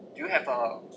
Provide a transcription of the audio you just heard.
do you have a